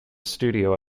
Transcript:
studio